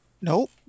Nope